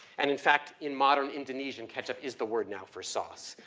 and in fact in modern indonesian ketchup is the word now for sauce.